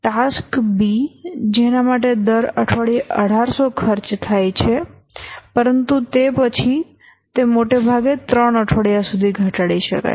task B જેના માટે દર અઠવાડિયે 1800 ખર્ચ થાય છે પરંતુ તે પછી તે મોટાભાગે 3 અઠવાડિયા સુધી ઘટાડી શકાય છે